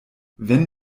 wenn